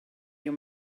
your